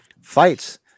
Fights